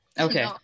Okay